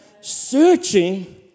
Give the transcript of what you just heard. searching